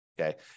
okay